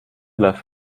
läuft